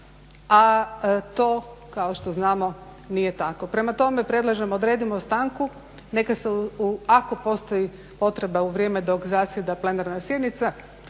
a to kao što znamo nije tako. Prema tome predlažem odredimo stanku, ako postoji potreba u vrijeme dok zasjeda plenarna sjednica